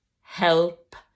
help